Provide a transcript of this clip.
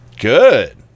Good